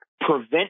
prevent